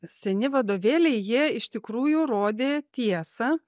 seni vadovėliai jie iš tikrųjų rodė tiesą